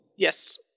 Yes